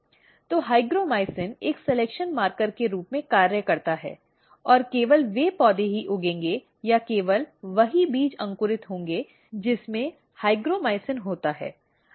तो हाइग्रोमाइसिन एक selection marker के रूप में कार्य करता है और केवल वे पौधे ही उगेंगे या केवल वही बीज अंकुरित होंगे जिस में हाइग्रोमाइसिन होता है